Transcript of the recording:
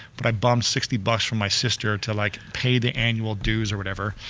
but i bummed sixty bucks from my sister to like pay the annual dues or whatever.